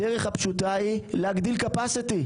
הדרך הפשוטה היא להגדיל קפסיטי,